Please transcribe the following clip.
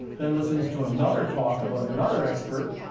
then, listens to another talk about another expert,